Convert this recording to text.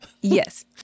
Yes